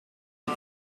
het